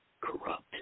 corrupt